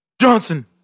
Johnson